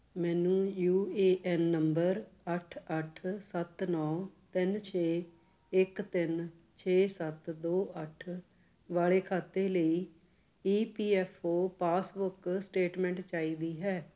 ਮੈਨੂੰ U A N ਨੰਬਰ ਅੱਠ ਅੱਠ ਸੱਤ ਨੌ ਤਿੰਨ ਛੇ ਇੱਕ ਤਿੰਨ ਛੇ ਸੱਤ ਦੋ ਅੱਠ ਵਾਲੇ ਖਾਤੇ ਲਈ E P F O passbook statement ਚਾਹੀਦੀ ਹੈ